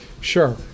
Sure